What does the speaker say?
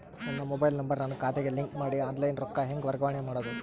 ನನ್ನ mobile number ನನ್ನ ಖಾತೆಗೆ ಲಿಂಕ್ ಮಾಡಿ ಆನ್ಲೈನ್ ರೊಕ್ಕ ಹೆಂಗ ವರ್ಗಾವಣೆ ಮಾಡೋದು?